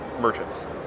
merchants